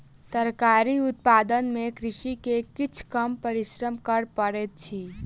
तरकारी उत्पादन में कृषक के किछ कम परिश्रम कर पड़ैत अछि